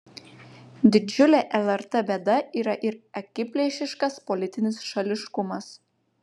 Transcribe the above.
didžiulė lrt bėda yra ir akiplėšiškas politinis šališkumas